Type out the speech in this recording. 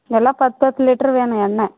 எல்லாம் பத்து பத்து லிட்ரு வேணும் எண்ணெய்